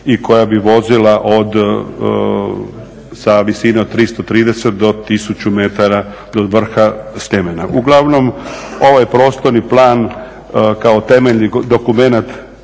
i koja bi vozila sa visine od 330 do 1000 metara do vrha Sljemena. Uglavnom ovaj prostorni plan kao temeljni dokumenat